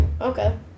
Okay